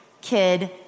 kid